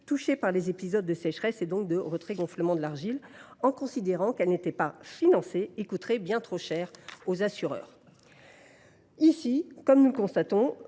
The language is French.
touchés par des épisodes de sécheresse, donc de retrait gonflement des argiles, considérant qu’elle n’était pas financée et coûterait bien trop cher aux assureurs. Au travers de la